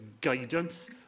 Guidance